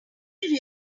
really